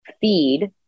feed